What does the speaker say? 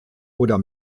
oder